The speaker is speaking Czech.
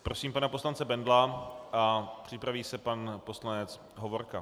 Prosím pana poslance Bendla a připraví se pan poslanec Hovorka.